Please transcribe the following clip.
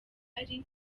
bari